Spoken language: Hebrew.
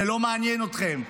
זה לא מעניין אתכם.